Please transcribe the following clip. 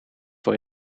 voor